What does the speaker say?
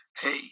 hey